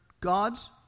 God's